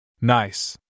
nice